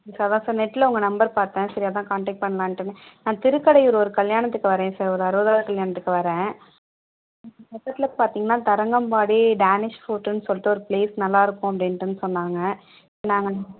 அதான் சார் நெட்டில் உங்கள் நம்பர் பார்த்தேன் சரி அதான் காண்டாக்ட் பண்ணலாண்ட்டு நான் திருக்கடையூர் ஒரு கல்யாணத்துக்கு வரேன் சார் ஒரு அறுபதாவது கல்யாணத்துக்கு வரேன் அங்கே பக்கத்தில் பார்த்தீங்கன்னா தரங்கம்பாடி டேனிஷ் கோர்ட்டுன்னு சொல்லிட்டு ஒரு பிளேஸ் நல்லா இருக்கும் அப்படின்ட்டு சொன்னாங்க நாங்கள்